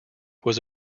was